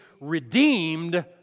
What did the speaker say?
redeemed